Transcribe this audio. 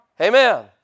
Amen